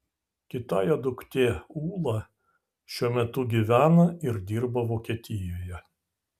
kita jo duktė ūla šiuo metu gyvena ir dirba vokietijoje